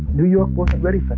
new york wasn't ready for that